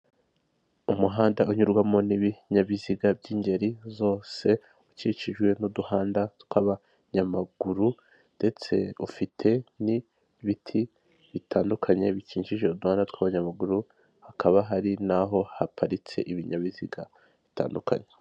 Umuhanda unyurwamo n'ibinyabiziga by'ingeri zose, ukikijwe n'uduhanda tw'abanyamaguru, ndetse ufite n'ibiti bitandukanye, bikikije uduhanda tw'abanyamaguru, hakaba hari n'aho haparitse ibinyabiziga bitandukanye.